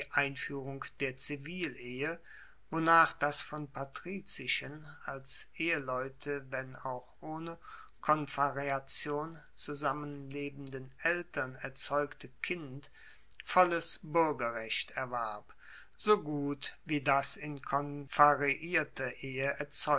einfuehrung der zivilehe wonach das von patrizischen als eheleute wenn auch ohne konfarreation zusammenlebenden eltern erzeugte kind volles buergerrecht erwarb so gut wie das in konfarreierter ehe